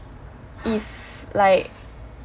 if like